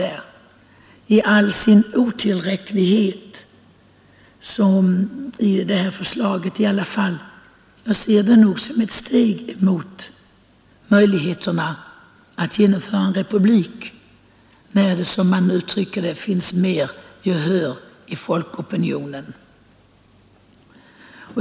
Jag ser ändå det här förslaget, i all sin otillräcklighet, som ett steg mot möjligheterna att genomföra republik när det, som det uttrycks, finns mer gehör i folkopinionen.